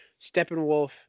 Steppenwolf